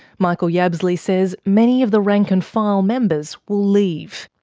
michael yabsley says many of the rank and file members will leave.